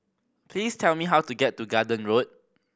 please tell me how to get to Garden Road